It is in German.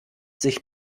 sich